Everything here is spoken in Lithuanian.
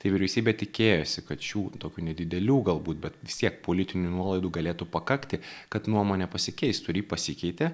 tai vyriausybė tikėjosi kad šių tokių nedidelių galbūt bet vis tiek politinių nuolaidų galėtų pakakti kad nuomonė pasikeistų ir ji pasikeitė